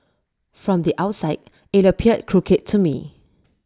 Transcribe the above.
from the outside IT appeared crooked to me